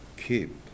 keep